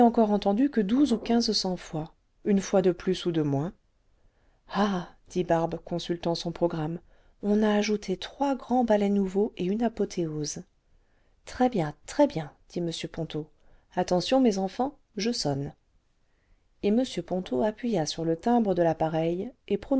entendu que douze ou quinze